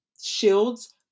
shields